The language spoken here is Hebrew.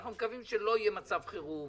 אנחנו מקווים שלא יהיה מצב חירום